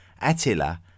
Attila